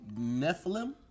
Nephilim